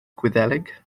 gwyddeleg